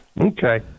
okay